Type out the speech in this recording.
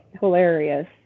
hilarious